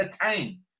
attain